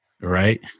right